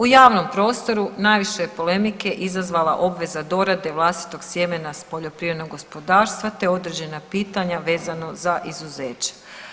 U javnom prostoru najviše je polemike izazvala obveza dorade vlastitog sjemena s poljoprivrednog gospodarstva te određena pitanja vezano za izuzeće.